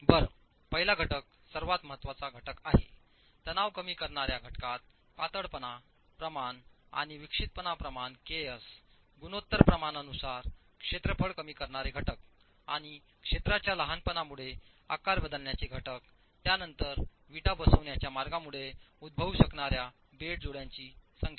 बरं पहिला घटक सर्वात महत्वाचा घटक आहे तणाव कमी करणार्या घटकात पातळपणा प्रमाण आणि विक्षिप्तपणा प्रमाण ks गुणोत्तर प्रमाणानुसार क्षेत्रफळ कमी करणारे घटक आणि क्षेत्राच्या लहानपणामुळे आकार बदलण्याचे घटक त्या नंतर विटा बसविण्याच्या मार्गामुळे उद्भवू शकणाऱ्या बेड जोड्यांची संख्या